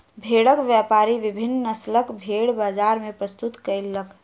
भेड़क व्यापारी विभिन्न नस्लक भेड़ बजार मे प्रस्तुत कयलक